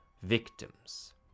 Victims